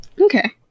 okay